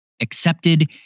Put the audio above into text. accepted